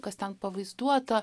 kas ten pavaizduota